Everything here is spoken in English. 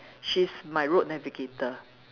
she's my road navigator